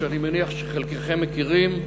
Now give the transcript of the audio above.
שאני מניח שחלקכם מכירים,